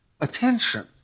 attention